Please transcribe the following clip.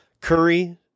curry